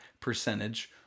percentage